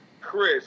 Chris